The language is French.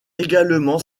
également